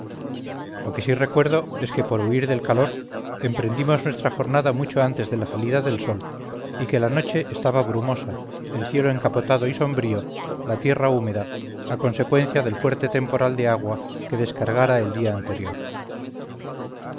lo que sí recuerdo es que por huir del calor emprendimos nuestra jornada mucho antes de la salida del sol y que la noche estaba brumosa el cielo encapotado y sombrío la tierra húmeda a consecuencia del fuerte temporal de agua que descargara el día anterior